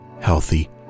healthy